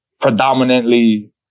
predominantly